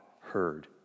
heard